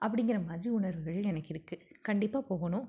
அப்படிங்கற மாதிரி உணர்வுகள் எனக்கு இருக்குது கண்டிப்பாக போகணும்